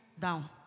down